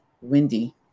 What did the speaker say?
windy